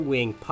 Wing